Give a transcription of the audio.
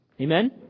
Amen